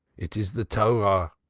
it is the torah.